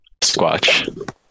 squatch